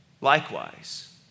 likewise